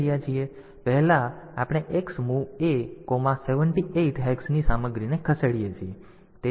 તેથી પહેલા આપણે X mov a78 હેક્સની સામગ્રીને ખસેડીએ છીએ